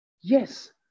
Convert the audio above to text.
Yes